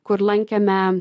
kur lankėme